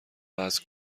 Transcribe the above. وزن